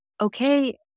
okay